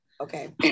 Okay